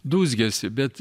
dūzgesį bet